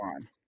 on